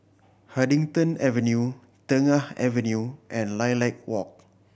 Huddington Avenue Tengah Avenue and Lilac Walk